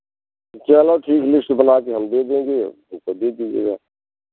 चलो ठीक है लिस्ट बना कर हम दे देंगे हमको दे दीजिएगा